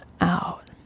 out